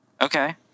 Okay